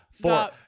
four